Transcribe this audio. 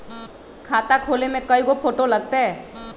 खाता खोले में कइगो फ़ोटो लगतै?